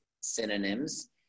synonyms